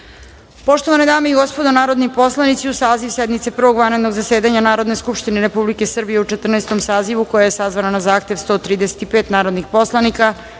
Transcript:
bilo. Poštovane dame i gospodo narodni poslanici, uz saziv sednice Prvog vanrednog zasedanja Narodne skupštine Republike Srbije u Četrnaestom sazivu, koja je sazvana na zahtev 135 narodnih poslanika,